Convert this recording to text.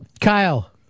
Kyle